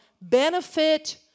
Benefit